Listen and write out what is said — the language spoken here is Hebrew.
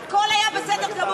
הכול היה בסדר גמור?